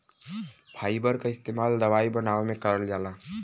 fibre क इस्तेमाल दवाई बनावे में करल जाला